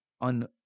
on